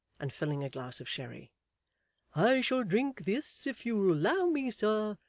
and filling a glass of sherry i shall drink this, if you'll allow me, sir,